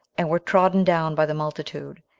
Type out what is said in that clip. and were trodden down by the multitude,